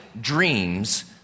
dreams